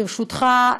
ברשותך,